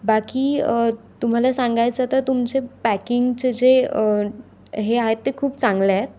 बाकी तुम्हाला सांगायचं तर तुमचे पॅकिंगचं जे हे आहेत ते खूप चांगले आहेत